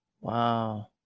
Wow